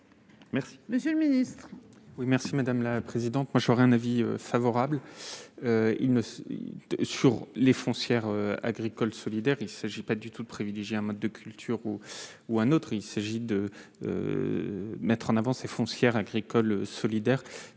seule. Monsieur le ministre,